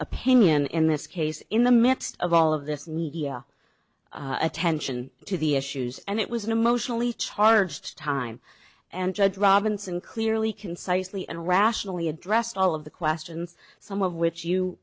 opinion in this case in the midst of all of this need attention to the issues and it was an emotionally charged time and judge robinson clearly concisely and rationally addressed all of the questions some of which you